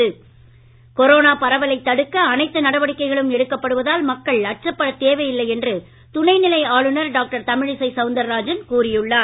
corona பரவலை தடுக்க அனைத்து நடவடிக்கைகளும் எடுக்கப்படுவதால் மக்கள் அச்சப்பட தேவையில்லை என்று துணை நிலை ஆளுனர் டாக்டர் தமிழிசை சவுந்தராஜன் கூறியுள்ளார்